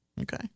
Okay